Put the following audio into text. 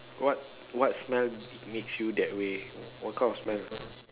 what what smell makes you that way what kind of smell